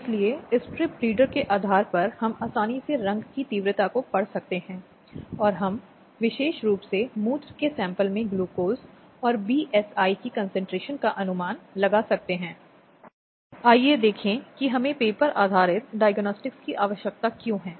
इसलिए ऐसी स्थिति से निपटने के लिए धारा 21 के तहत प्रावधान है जो मजिस्ट्रेट द्वारा ऐसे हिरासत आदेश पारित किए जाने की बात करता है